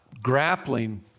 grappling